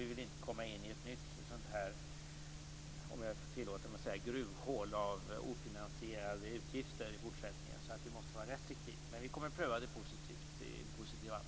Vi vill inte komma in i ett nytt "gruvhål" av ofinansierade utgifter. Men vi kommer att pröva frågan i positiv anda.